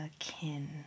akin